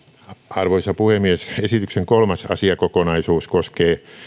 arvoisa puhemies esityksen kolmas asiakokonaisuus koskee